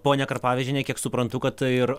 ponia karpavičiene kiek suprantu kad tai ir